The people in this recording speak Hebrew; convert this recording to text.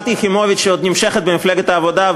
יחימוביץ שעוד נמשכת במפלגת העבודה,